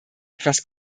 etwas